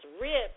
ripped